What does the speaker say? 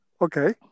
Okay